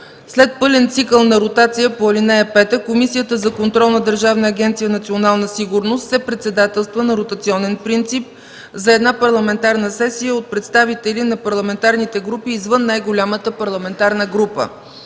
след пълен цикъл на ротация по ал. 5, Комисията за контрол на Държавна агенция „Национална сигурност” се председателства на ротационен принцип за една парламентарна сесия от представители на парламентарните групи извън най-голямата парламентарна група.